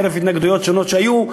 חרף התנגדויות שונות שהיו,